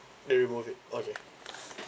they remove it okay